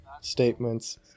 statements